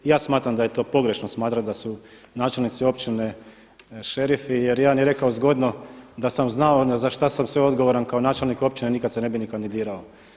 I ja smatram da je to pogrešno smatrati da su načelnici općine šerifi jer jedan je rekao zgodno – da sam znao za što sam sve odgovoran kao načelnik općine nikada se ne bi niti kandidirao.